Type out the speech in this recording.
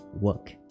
work